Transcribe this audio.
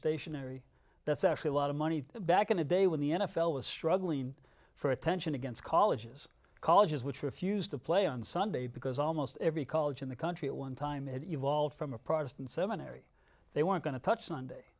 stationary that's actually a lot of money back in the day when the n f l was struggling for attention against colleges colleges which refused to play on sunday because almost every college in the country at one time had evolved from a protestant seminary they weren't going to